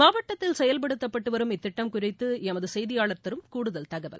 மாவட்டத்தில் செயல்படுத்தப்பட்டு வரும் இத்திட்டம் குறித்து எமது செய்தியாளர் தரும் கூடுதல் தகவல்